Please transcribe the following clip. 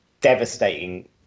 devastating